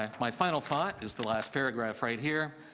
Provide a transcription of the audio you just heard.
um my final thought is the last paragraph right here.